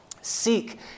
Seek